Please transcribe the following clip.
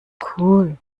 cool